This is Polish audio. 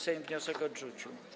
Sejm wniosek odrzucił.